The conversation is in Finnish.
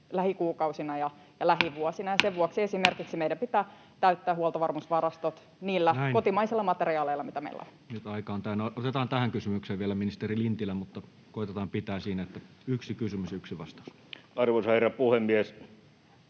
lähikuukausina ja lähivuosina, ja sen vuoksi meidän pitää esimerkiksi täyttää huoltovarmuusvarastot niillä kotimaisilla materiaaleilla, mitä meillä on. Näin, nyt aika on täynnä. — Otetaan tähän kysymykseen vielä ministeri Lintilä, mutta koetetaan pysyä siinä, että yksi kysymys, yksi vastaus. Arvoisa herra puhemies!